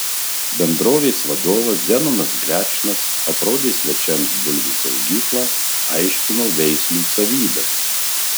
bendrovės vadovas zenonas grečnas aprodė svečiams bulvių saugyklą aiškino veislių savybes